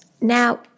Now